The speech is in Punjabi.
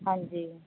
ਹਾਂਜੀ